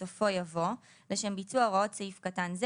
בסופו יבוא "לשם ביצוע הוראות סעיף קטן זה